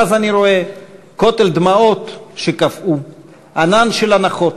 ואז אני רואה: כותל דמעות שקפאו, ענן של אנחות,